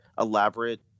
elaborate